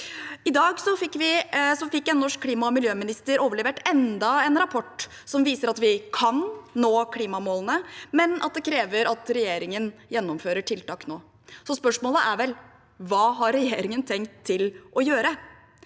I dag fikk en norsk klima- og miljøminister overlevert enda en rapport som viser at vi kan nå klimamålene, men at det krever at regjeringen gjennomfører tiltak nå. Så spørsmålet er vel: Hva har regjeringen tenkt å gjøre?